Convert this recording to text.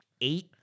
eight